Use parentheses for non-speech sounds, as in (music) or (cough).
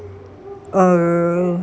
err (noise)